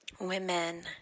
Women